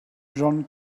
john